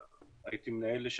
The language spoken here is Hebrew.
הייתי בעבר מנהל,